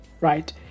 right